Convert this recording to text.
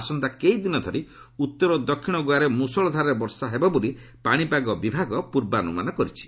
ଆସନ୍ତା କେଇଦିନ ଧରି ଉତ୍ତର ଓ ଦକ୍ଷିଣ ଗୋଆରେ ମୃଷଳଧାରାରେ ବର୍ଷା ହେବ ବୋଲି ପାଣିପାଗ ବିଭାଗ ପୂର୍ବାନୁମାନ କରିଛି